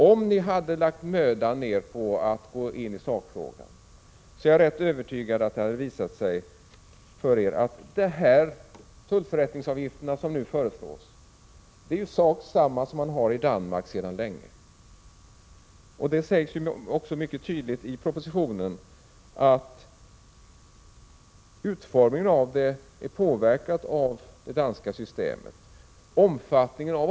Om ni hade lagt ned möda på att gå in i sakfrågan, är jag övertygad om att det hade stått klart för er att de tullförrättningsavgifter som nu föreslås är samma sak som man har i Danmark sedan lång tid tillbaka. Det sägs också mycket tydligt i propositionen att utformningen av dem är påverkad av det danska systemet.